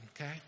okay